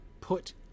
put